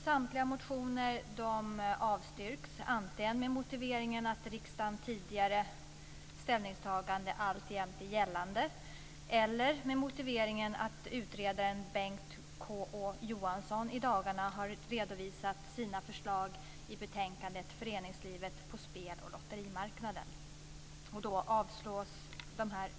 Samtliga motioner avstyrks, antingen med motiveringen att riksdagens tidigare ställningstagande alltjämt är gällande eller med motiveringen att utredaren Bengt KÅ Johansson i dagarna har redovisat sina förslag i betänkandet Föreningslivet på spel och lotterimarknaden.